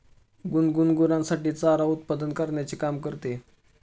गुनगुन गुरांसाठी चारा उत्पादन करण्याचे काम करते